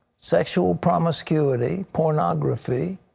sexual promiscuity, pornography,